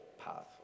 path